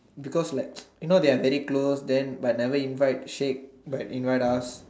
because like you know they are very close then but never invite Sheikh but invite us